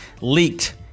leaked